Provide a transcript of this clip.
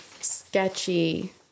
sketchy